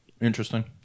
Interesting